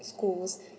schools